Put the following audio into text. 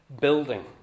building